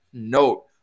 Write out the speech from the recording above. note